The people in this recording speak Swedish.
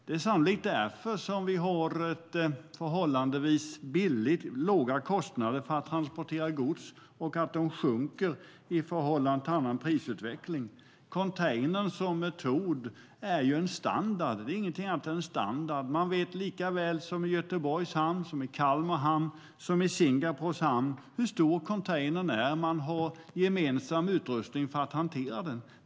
Det är sannolikt därför som vi har förhållandevis låga kostnader för att transportera gods och att de sjunker i förhållande till annan prisutveckling. Containern som metod är ingenting annat än en standard. Man vet lika väl i Göteborgs hamn som i Kalmar hamn och i Singapores hamn hur stor containern är, och man har gemensam utrustning för att hantera den.